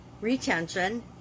retention